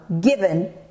given